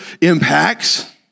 impacts